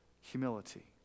humility